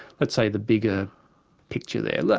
let's say the bigger picture there,